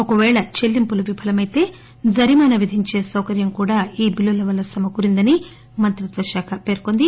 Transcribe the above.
ఒక పేళ చెల్లింపులు విఫలమైతే జరిమానా విధించే సౌకర్యంకూడా ఈ బిల్లుల వల్ల సమకూరిందని మంత్రిత్వ శాఖ పేర్కొంది